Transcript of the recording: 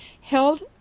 held